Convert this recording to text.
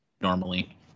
normally